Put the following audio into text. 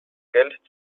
geld